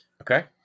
Okay